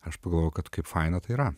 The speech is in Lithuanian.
aš pagalvojau kad kaip faina tai yra